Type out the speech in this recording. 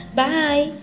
bye